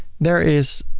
there is